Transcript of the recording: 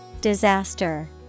Disaster